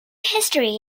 history